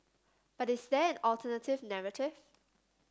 but is there an alternative narrative